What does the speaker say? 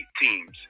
teams